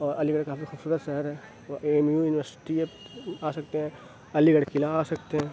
اور علی گڑھ کافی خوبصورت شہر ہے وہ اے ایم یو یونیورسٹی ہے آ سکتے ہیں علی گڑھ قلعہ آ سکتے ہیں